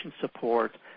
support